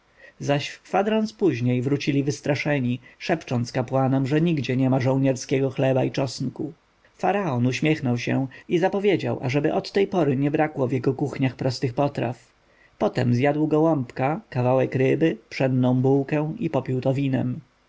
zaś w kwadrans później wrócili wystraszeni szepcząc kapłanom że nigdzie niema żołnierskiego chleba i czosnku faraon uśmiechnął się i zapowiedział ażeby od tej pory nie brakło w jego kuchniach prostych potraw potem zjadł gołąbka kawałek ryby pszenną bułkę i popił to winem